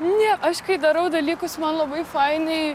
ne aš darau dalykus man labai fainai